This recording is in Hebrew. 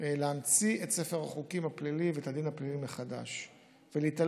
להמציא את ספר החוקים הפלילי ואת הדין הפלילי מחדש ולהתעלם